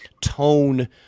tone